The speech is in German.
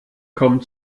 kommen